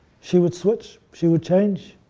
she would switch, she would change.